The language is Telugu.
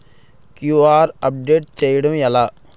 క్యూ.ఆర్ అప్డేట్ చేయడం ఎలా?